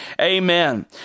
Amen